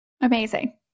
Amazing